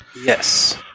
Yes